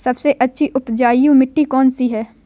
सबसे अच्छी उपजाऊ मिट्टी कौन सी है?